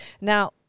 Now